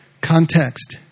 Context